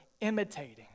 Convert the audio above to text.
imitating